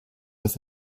with